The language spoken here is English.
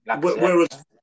Whereas